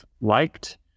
liked